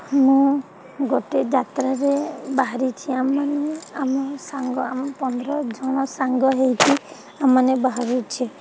ମୁଁ ଗୋଟେ ଯାତ୍ରାରେ ବାହାରିଛି ଆମେମାନେ ଆମ ସାଙ୍ଗ ଆମ ପନ୍ଦର ଜଣ ସାଙ୍ଗ ହୋଇକି ଆମେମାନେ ବାହାରୁଛେ